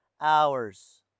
hours